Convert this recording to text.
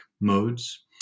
modes